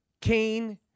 Kane